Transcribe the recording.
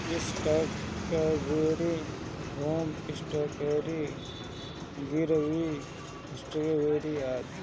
stock equity, home equity, गिरवी equity आदि